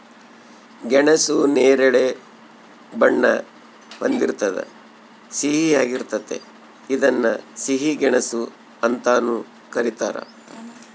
ಗೆಣಸು ನೇರಳೆ ಬಣ್ಣ ಹೊಂದಿರ್ತದ ಸಿಹಿಯಾಗಿರ್ತತೆ ಇದನ್ನ ಸಿಹಿ ಗೆಣಸು ಅಂತಾನೂ ಕರೀತಾರ